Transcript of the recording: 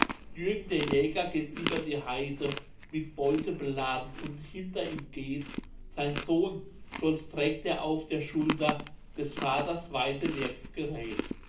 jürgen der jäger geht über die heide mit beute beladen und hinter ihm geht sein sohn stolz trägt er auf der schulter des vaters